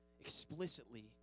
explicitly